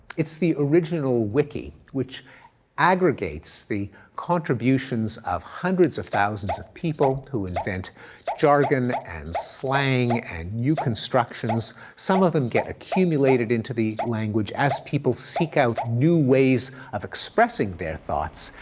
it's the original wiki, which aggregates the contributions of hundreds of thousands of people who invent jargon and slang and new constructions, some of them get accumulated into the language as people seek out new ways of expressing their thoughts,